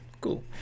Cool